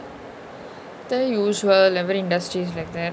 very usual every industry is like that